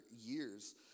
years